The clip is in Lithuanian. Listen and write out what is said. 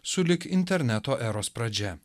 sulig interneto eros pradžia